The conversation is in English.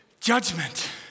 judgment